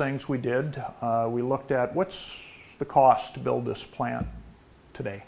things we did we looked at what's the cost to build this plan today